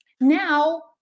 Now